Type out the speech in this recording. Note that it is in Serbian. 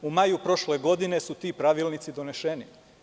U maju prošle godine su ti pravilnici donešeni.